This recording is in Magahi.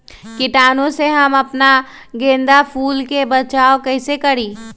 कीटाणु से हम अपना गेंदा फूल के बचाओ कई से करी?